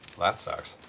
that sucks.